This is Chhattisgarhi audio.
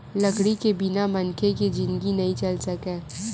लकड़ी के बिना मनखे के जिनगी नइ चल सकय